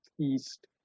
east